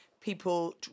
people